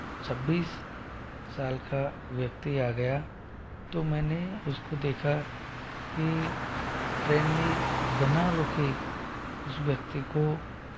छब्बीस साल का व्यक्ति आ गया तो मैंने उसको देखा कि ट्रेन ने बिना रुके उस व्यक्ति को